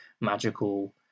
magical